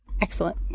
Excellent